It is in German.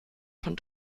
von